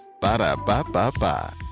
Ba-da-ba-ba-ba